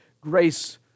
grace